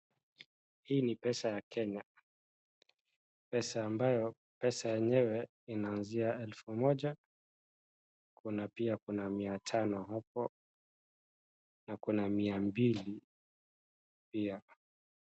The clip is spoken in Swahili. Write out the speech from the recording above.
Hii ni pesa ya Kenya pesa ambayo pesa yenyewe inaanzia Elfu moja Kuna pia Kuna mia tano hapo na Kuna mia mbili pia